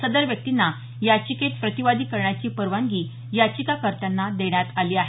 सदर व्यक्तींना याचिकेत प्रतिवादी करण्याची परवानगी याचिकाकर्त्यांना देण्यात आली आहे